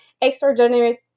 extraordinary